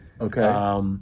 Okay